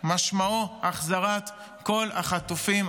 משמעו החזרת כל החטופים.